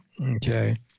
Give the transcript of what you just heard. Okay